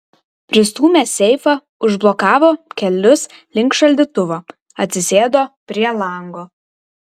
pristūmęs seifą užblokavo kelius link šaldytuvo atsisėdo prie lango